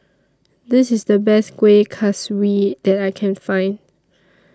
This IS The Best Kueh Kaswi that I Can Find